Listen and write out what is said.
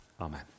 Amen